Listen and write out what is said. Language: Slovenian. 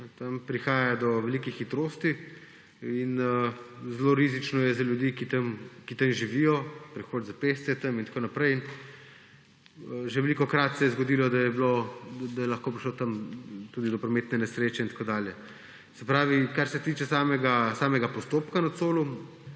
Tam prihaja do velikih hitrosti in zelo rizično je za ljudi, ki tam živijo, prehod za pešce je tam in tako naprej. Že velikokrat se je zgodilo, da je lahko prišlo tam tudi do prometne nesreče in tako dalje. Se pravi, kar se tiče samega postopka na Colu